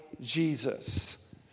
Jesus